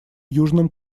южном